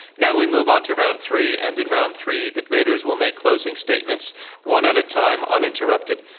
now we move on to round three. and in round three, the debaters will make closing statements one at a time, uninterrupted.